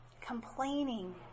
complaining